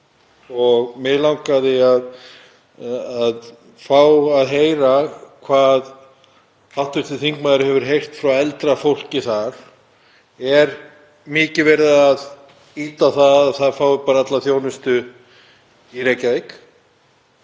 og mig langaði að fá að heyra hvað hv. þingmaður hefur heyrt frá eldra fólki þar: Er mikið verið að ýta á að það fái alla þjónustu í Reykjavík